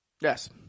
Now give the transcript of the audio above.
Yes